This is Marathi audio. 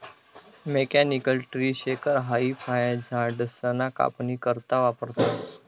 मेकॅनिकल ट्री शेकर हाई फयझाडसना कापनी करता वापरतंस